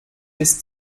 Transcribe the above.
bis